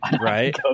right